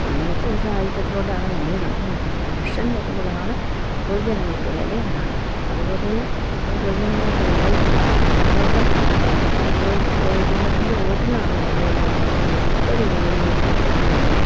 അങ്ങനത്തെ ഒരു സാഹചര്യത്തിലൂടെയാണ് നമ്മള് കടന്നു പോകുന്നത് ഇലക്ഷൻ വരുമ്പോളാണ് പൊതുജനങ്ങൾക്ക് വില ഉണ്ടാകുന്നത് അതുവരെ പൊതുജനങ്ങൾക്ക് വിലയില്ല നമ്മുടെയൊക്കെ പൊതുജനത്തിൻ്റെ വോട്ടിനാണ് വിലയുള്ളൂ അല്ലാതെ ജനങ്ങൾക്കൊരു വിലയില്ല ഒന്നുമില്ല